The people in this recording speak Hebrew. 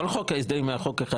כל חוק ההסדרים היה חוק אחד.